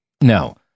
no